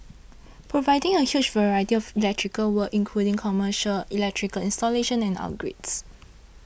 providing a huge variety of electrical work including commercial electrical installation and upgrades